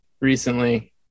recently